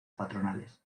patronales